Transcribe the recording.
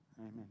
amen